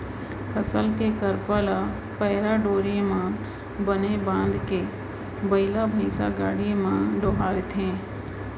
फसल के करपा ल पैरा डोरी म बने बांधके बइला भइसा गाड़ी म डोहारतिस